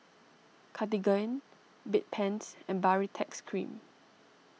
Cartigain Bedpans and Baritex Cream